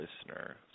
listener